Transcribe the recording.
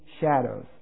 shadows